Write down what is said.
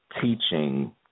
teaching